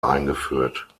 eingeführt